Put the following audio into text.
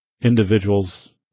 individuals